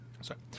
sorry